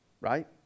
right